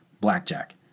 Blackjack